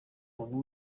umuntu